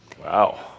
wow